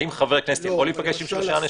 האם חבר כנסת יכול להיפגש עם שלושה אנשים?